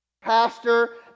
pastor